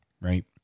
right